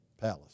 palace